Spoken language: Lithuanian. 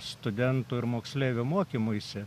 studentų ir moksleivių mokymuisi